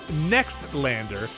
NEXTLANDER